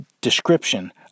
description